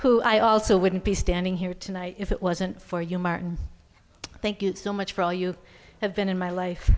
who i also wouldn't be standing here tonight if it wasn't for you martin thank you so much for all you have been in my life